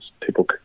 People